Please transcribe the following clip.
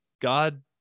God